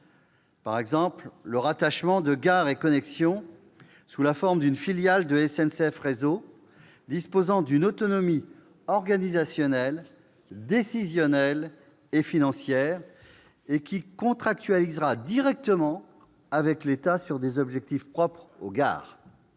du Sénat : le rattachement de Gares & Connexions sous la forme d'une filiale de SNCF Réseau disposant d'une autonomie organisationnelle, décisionnelle et financière et qui contractualisera directement avec l'État sur des objectifs propres aux gares